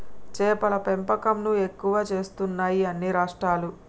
చేపల పెంపకం ను ఎక్కువ చేస్తున్నాయి అన్ని రాష్ట్రాలు